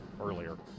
earlier